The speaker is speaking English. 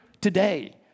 today